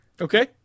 Okay